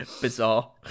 Bizarre